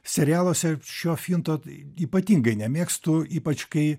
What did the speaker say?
serialuose šio finto ypatingai nemėgstu ypač kai